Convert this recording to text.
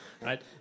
right